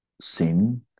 sin